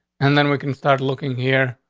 and then we can start looking here.